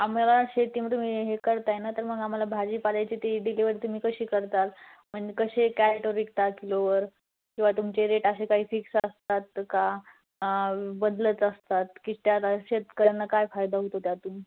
आम्हाला शेतीमध्ये तुम्ही हे करत आहे ना तर मग आम्हाला भाजीपाल्याची ती डिलीवरी तुम्ही कशी करताल म्हणजे कसे काय टो विकता किलोवर किंवा तुमचे रेट असे काही फिक्स असतात का बदलत असतात की त्याचा शेतकऱ्यांना काय फायदा होतो त्यातून